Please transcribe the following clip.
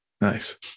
nice